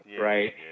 right